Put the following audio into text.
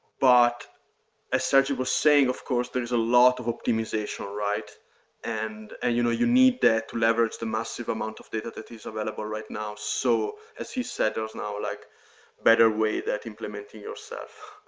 but as sergi was saying, of course, there is a lot of optimization and and you know you need that to leverage the massive amount of data that is available right now. so as he said, there's now a like better way that implementing yourself,